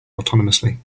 autonomously